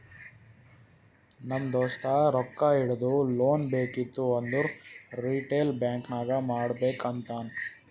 ನಮ್ ದೋಸ್ತ ರೊಕ್ಕಾ ಇಡದು, ಲೋನ್ ಬೇಕಿತ್ತು ಅಂದುರ್ ರಿಟೇಲ್ ಬ್ಯಾಂಕ್ ನಾಗೆ ಮಾಡ್ಬೇಕ್ ಅಂತಾನ್